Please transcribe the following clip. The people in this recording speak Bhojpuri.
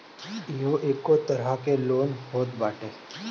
इहो एगो तरह के लोन होत बाटे